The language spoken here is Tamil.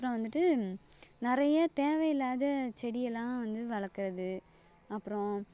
அப்புறம் வந்துட்டு நிறைய தேவையில்லாத செடி எல்லாம் வந்து வளர்க்கறது அப்புறம்